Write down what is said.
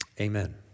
Amen